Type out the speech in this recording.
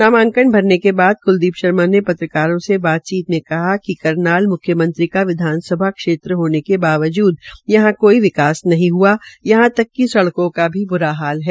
नामांकन भरने के बाद क्लदीप शर्मा ने पत्रकारों से बातचीत में कहा कि करनाल म्ख्यमंत्री का विधानसभा होने के बावजूद यहां कोई विकास नहीं हआ यहां तक की सड़कों का भी ब्रा हाल है